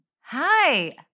Hi